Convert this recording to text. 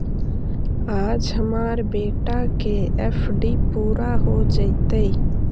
आज हमार बेटा के एफ.डी पूरा हो जयतई